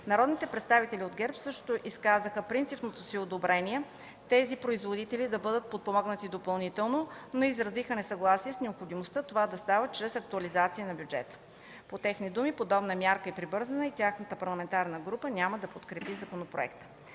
Народните представители от ГЕРБ също изказаха принципното си одобрение тези производители да бъдат подпомогнати допълнително, но изразиха несъгласие с необходимостта това да става чрез актуализация на бюджета. По техните думи подобна мярка е прибързана и тяхната парламентарна група няма да подкрепи законопроекта.